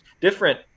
different